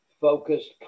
focused